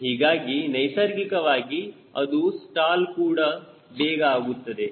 ಹೀಗಾಗಿ ನೈಸರ್ಗಿಕವಾಗಿ ಅದು ಸ್ಟಾಲ್ ಕೂಡ ಬೇಗ ಆಗುತ್ತದೆ